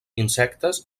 insectes